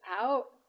out